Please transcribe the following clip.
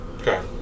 Okay